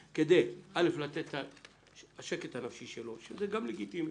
א', בשביל השקט הנפשי שלו, שזה גם לגיטימי,